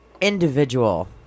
individual